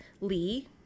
Lee